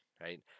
right